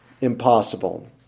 impossible